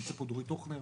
נמצאת פה דורית הוכנר,